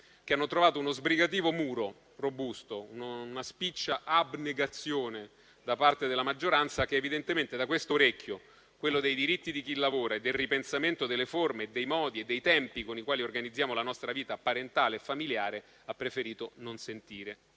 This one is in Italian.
che hanno trovato uno sbrigativo e robusto muro, una spiccia abnegazione da parte della maggioranza che evidentemente da questo orecchio, quello dei diritti di chi lavora e del ripensamento delle forme, dei modi e dei tempi con i quali organizziamo la nostra vita parentale e familiare, ha preferito non sentire.